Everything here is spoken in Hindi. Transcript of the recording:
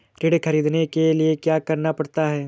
ऋण ख़रीदने के लिए क्या करना पड़ता है?